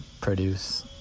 produce